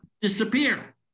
disappear